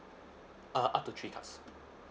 uh up to three cards